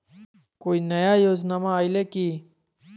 कोइ नया योजनामा आइले की?